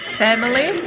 family